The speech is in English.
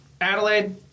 Adelaide